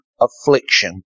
Affliction